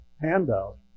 handout